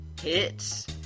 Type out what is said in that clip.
hits